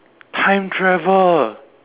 time travel